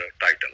title